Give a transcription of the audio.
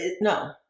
no